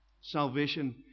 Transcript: salvation